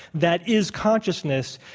that is consciousness,